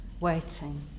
waiting